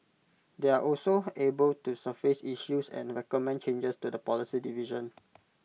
they are also able to surface issues and recommend changes to the policy division